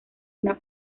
una